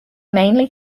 mainly